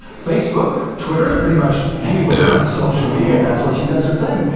facebook, twitter, pretty much anywhere on social media. that's where she does her thing,